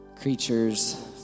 creatures